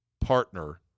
partner